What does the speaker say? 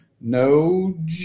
no